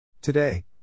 Today